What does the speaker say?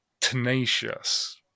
tenacious